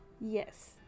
yes